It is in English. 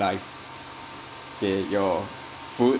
alive K your food